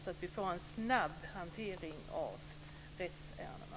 Vi måste få en snabb hantering av rättsärendena.